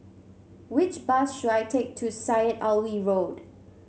which bus should I take to Syed Alwi Road